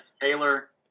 Taylor